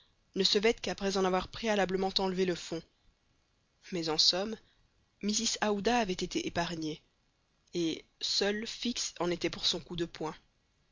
ne se vêtent qu'après en avoir préalablement enlevé le fond mais en somme mrs aouda avait été épargnée et seul fix en était pour son coup de poing